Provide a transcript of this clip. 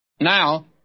Now